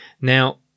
Now